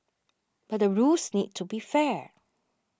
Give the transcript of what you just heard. but the rules need to be fair